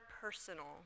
personal